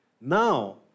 now